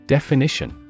Definition